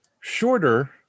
shorter